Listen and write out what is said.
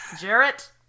Jarrett